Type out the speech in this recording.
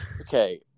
okay